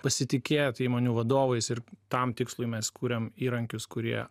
pasitikėt įmonių vadovais ir tam tikslui mes kuriam įrankius kurie